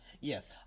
Yes